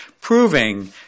proving